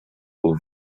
aux